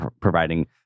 providing